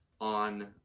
on